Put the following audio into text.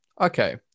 Okay